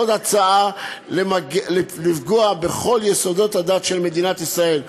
עוד הצעה לפגוע בכל יסודות הדת של מדינת ישראל,